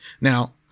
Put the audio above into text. Now